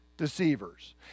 deceivers